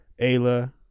Ayla